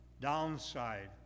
downside